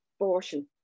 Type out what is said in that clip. abortion